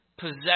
possession